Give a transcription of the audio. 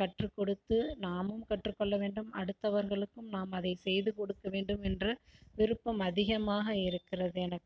கற்றுக்கொடுத்து நாமும் கற்றுக்கொள்ள வேண்டும் அடுத்தவர்களுக்கும் நாம் அதை செய்து கொடுக்க வேண்டும் என்ற விருப்பம் அதிகமாக இருக்கிறது எனக்கு